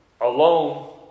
alone